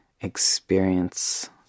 experience